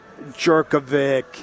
Jerkovic